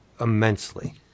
immensely